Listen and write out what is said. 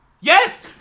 yes